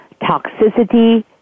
toxicity